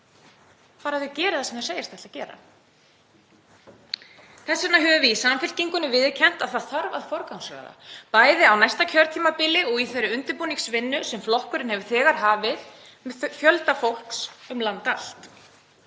bara að þau geri það sem þau segjast ætla að gera. Þess vegna höfum við í Samfylkingunni viðurkennt að það þarf að forgangsraða, bæði á næsta kjörtímabili og í þeirri undirbúningsvinnu sem flokkurinn hefur þegar hafið með fjölda fólks um land allt.